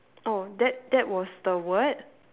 oh that that was the word